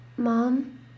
Mom